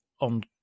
on